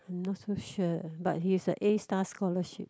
I'm not so sure but he's a A-star scholarship